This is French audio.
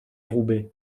roubaix